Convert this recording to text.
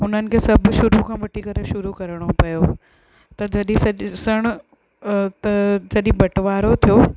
हुननि खे सभु शुरू खां वठी करे शुरू करिणो पियो त जॾहिं स ॾिसण त जॾहिं बटवारो थियो